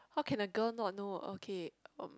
how can a girl not know okay uh